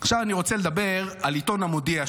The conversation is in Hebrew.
עכשיו אני רוצה לדבר על עיתון המודיע,